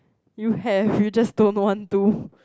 you have you just don't want to